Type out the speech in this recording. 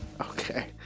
Okay